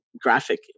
graphic